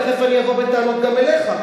תיכף אני אבוא בטענות גם אליך.